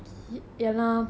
mm